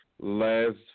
Last